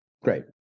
Great